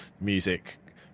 music